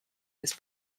his